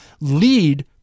lead